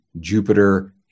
Jupiter